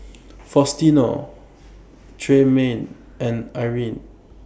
Faustino Tremayne and Irine